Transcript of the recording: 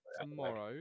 tomorrow